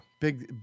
Big